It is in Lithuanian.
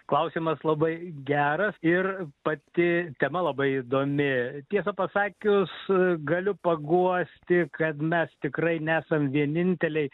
klausimas labai geras ir pati tema labai įdomi tiesą pasakius galiu paguosti kad mes tikrai nesam vieninteliai